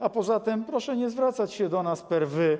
A poza tym proszę nie zwracać się do nas per „wy”